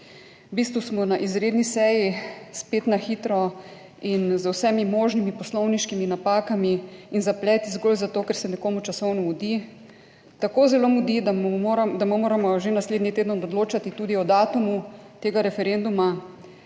V bistvu smo na izredni seji spet na hitro in z vsemi možnimi poslovniškimi napakami in zapleti zgolj zato, ker se nekomu časovno mudi. Tako zelo mudi, da moramo že naslednji teden odločati tudi o datumu tega referenduma.